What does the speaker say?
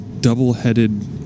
double-headed